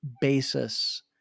basis